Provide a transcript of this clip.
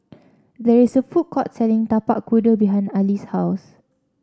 there is a food court selling Tapak Kuda behind Aly's house